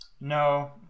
no